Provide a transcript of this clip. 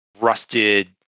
rusted